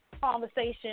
conversation